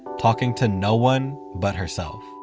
talking to no one but herself.